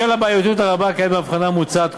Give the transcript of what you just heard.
בשל הבעייתיות הרבה הקיימת בהבחנה המוצעת,